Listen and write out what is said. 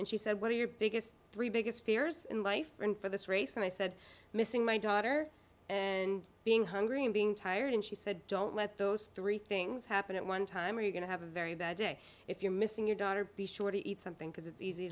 and she said what are your biggest three biggest fears in life for this race and i said missing my daughter and being hungry and being tired and she said don't let those three things happen at one time or you're going to have a very bad day if you're missing your daughter be sure to eat something because it's easy